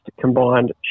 combined